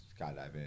skydiving